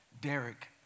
Derek